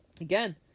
again